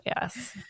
Yes